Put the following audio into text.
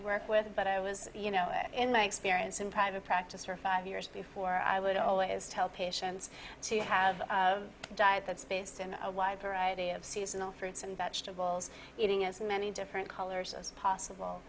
work with but i was you know in my experience in private practice for five years before i would always tell patients to have died that's based in a wide variety of seasonal fruits and vegetables eating as many different colors as possible